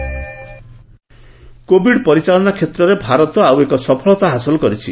Covid status Covid ପରିଚାଳନା କ୍ଷେତ୍ରରେ ଭାରତ ଆଉ ଏକ ସଫଳତା ହାସଲ କରିଛି